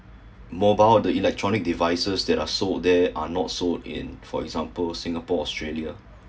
mobile the electronic devices that are sold there are not sold in for example singapore australia